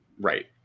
right